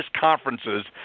conferences